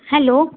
hello